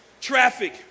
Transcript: Traffic